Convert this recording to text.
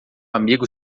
amigo